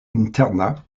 interna